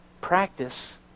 Practice